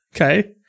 Okay